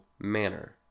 manner